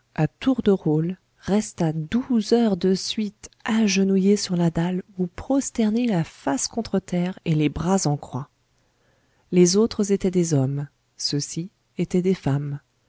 à tour de rôle restât douze heures de suite agenouillé sur la dalle ou prosterné la face contre terre et les bras en croix les autres étaient des hommes ceux-ci étaient des femmes